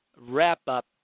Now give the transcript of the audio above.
wrap-up